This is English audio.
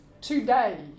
today